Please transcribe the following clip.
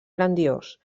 grandiós